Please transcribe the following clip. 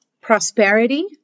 prosperity